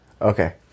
Okay